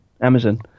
Amazon